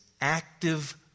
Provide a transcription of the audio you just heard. active